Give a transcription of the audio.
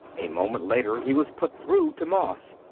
a moment later he was put through to moss.